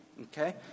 Okay